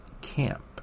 Camp